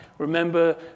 Remember